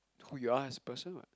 who you are as a person [what]